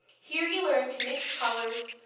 here he learned to mix colors,